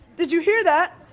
did you hear that?